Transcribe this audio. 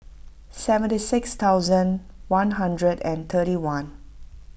seventy six thousand one hundred and thirty one